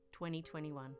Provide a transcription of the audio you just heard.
2021